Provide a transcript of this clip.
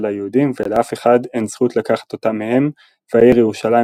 ליהודים ולאף אחד אין זכות לקחת אותה מהם והעיר ירושלים